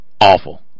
Awful